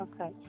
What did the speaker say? okay